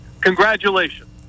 Congratulations